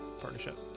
partnership